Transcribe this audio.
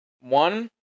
One